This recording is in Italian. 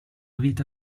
vita